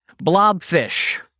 Blobfish